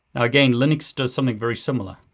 again, linux does something very similar.